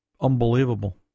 Unbelievable